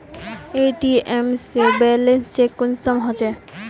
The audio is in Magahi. ए.टी.एम से बैलेंस चेक कुंसम होचे?